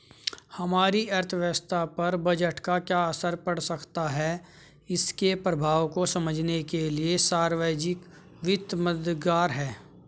हमारी अर्थव्यवस्था पर बजट का क्या असर पड़ सकता है इसके प्रभावों को समझने के लिए सार्वजिक वित्त मददगार है